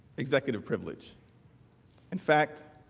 executive privilege in fact